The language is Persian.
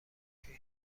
پیر